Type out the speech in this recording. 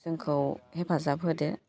जोंखौ हेफाजाब होदो